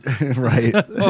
Right